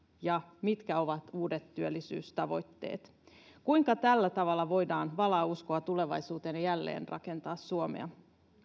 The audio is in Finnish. ja mitkä ovat uudet työllisyystavoitteet kuinka tällä tavalla voidaan valaa uskoa tulevaisuuteen ja jälleenrakentaa suomea